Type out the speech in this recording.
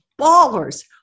ballers